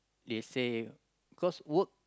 they say cause work